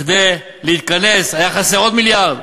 כדי להתכנס היה חסר עוד מיליארד,